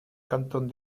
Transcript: cantón